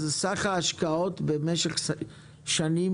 אז סך ההשקעות במשך שנים,